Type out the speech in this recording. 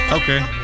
Okay